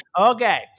Okay